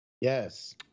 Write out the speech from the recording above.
Yes